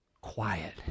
quiet